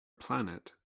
planet